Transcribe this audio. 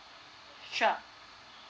sure